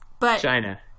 China